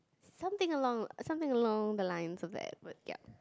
something along something along the lines of that but ya